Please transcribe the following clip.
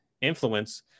influence